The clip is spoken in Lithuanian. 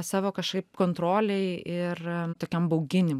savo kažkaip kontrolei ir tokiam bauginimui